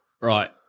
Right